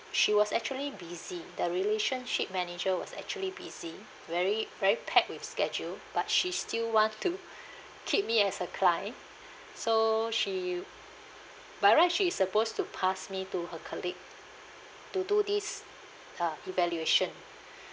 she was actually busy the relationship manager was actually busy very very pack with schedule but she still want to keep me as a client so she by right she supposed to pass me to her colleague to do this uh evaluation